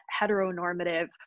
heteronormative